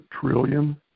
trillion